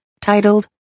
titled